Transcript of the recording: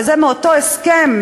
וזה מאותו הסכם,